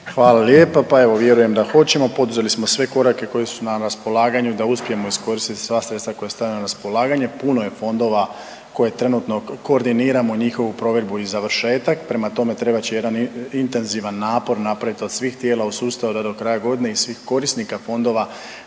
Hvala lijepa. Pa evo vjerujem da hoćemo. Poduzeli smo sve korake koji su nam na raspolaganju da uspijemo iskoristiti sva sredstva koja su stavljena na raspolaganje. Puno je fondova koje trenutno koordiniramo njihovu provedbu i završetak. Prema tome, trebat će jedan intenzivan napor napraviti od svih tijela u sustavu da do kraja godine i svih korisnika fondova